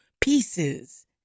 pieces